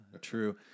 True